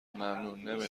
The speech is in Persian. ممنون، نمی